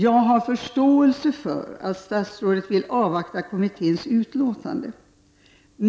Jag har förståelse för att statsrådet vill avvakta kommitténs utlåtande.